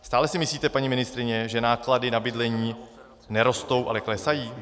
Stále si myslíte, paní ministryně, že náklady na bydlení nerostou, ale klesají?